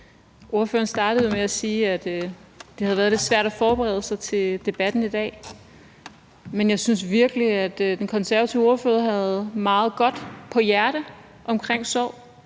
Ordføreren startede jo med at sige, at det havde været svært for ordføreren at forberede sig til debatten i dag. Men jeg synes virkelig, at den konservative ordfører havde meget på hjerte omkring sorg,